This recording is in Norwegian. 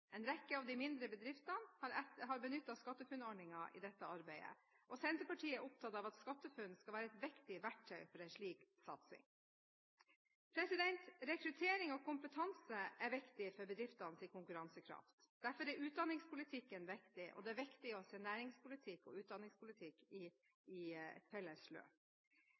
En rekke av de mindre bedriftene har benyttet SkatteFUNN-ordningen i dette arbeidet. Senterpartiet er opptatt av at SkatteFUNN skal være et viktig verktøy for en slik satsing. Rekruttering og kompetanse er viktig for bedriftenes konkurransekraft. Derfor er utdanningspolitikken viktig, og det er viktig å se næringspolitikk og utdanningspolitikk i